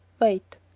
wait